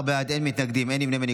14 בעד, אין מתנגדים, אין נמנעים.